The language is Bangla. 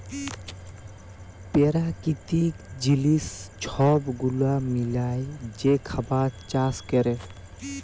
পেরাকিতিক জিলিস ছব গুলা মিলায় যে খাবার চাষ ক্যরে